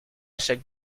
chaque